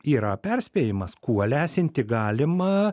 yra perspėjimas kuo lesinti galima